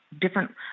different